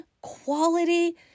quality